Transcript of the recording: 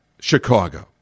Chicago